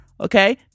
okay